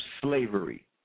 slavery